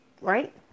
right